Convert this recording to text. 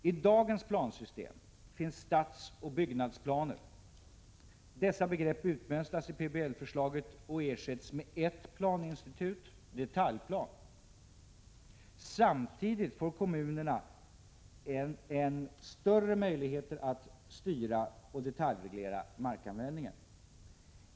I dagens plansystem finns stadsoch byggnadsplaner. Dessa begrepp utmönstras i PBL-förslaget och ersätts med eft planinstitut, detaljplan. Samtidigt får kommunerna än större möjligheter att styra och detaljreglera markanvändningen.